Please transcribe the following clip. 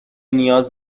نیاز